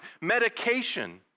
medication